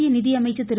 மத்திய நிதியமைச்சர் திரு